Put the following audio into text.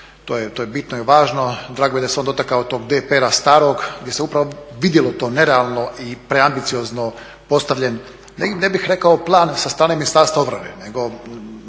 hvala vam